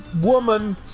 woman